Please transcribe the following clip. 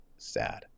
sad